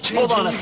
hold on a